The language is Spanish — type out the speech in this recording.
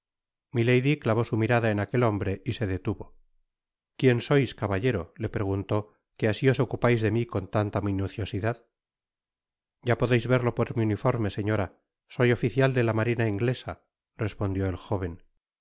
milady clavó su mirada en aquel hombre y se detuvo quién sois caballero le preguntó que asi os ocupais de mi con tanta minuciosidad ya podeis verlo por mi uniforme señora soy oficial de la marina inglesa respondió el jóven pei